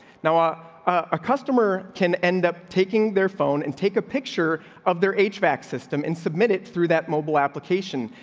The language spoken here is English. now ah ah, customer can end up taking their phone and take a picture of their h vac system and submit it through that mobile application.